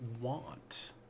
want